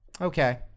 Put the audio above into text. okay